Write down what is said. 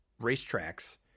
racetracks